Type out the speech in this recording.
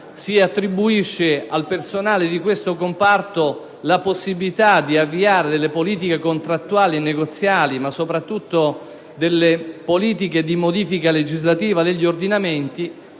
si attribuisce al personale di tale comparto la possibilità di avviare politiche contrattuali e negoziali, ma soprattutto politiche di modifica legislativa degli ordinamenti